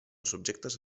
subjectes